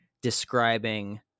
describing